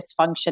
dysfunction